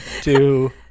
two